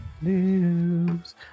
News